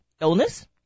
illness